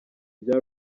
bya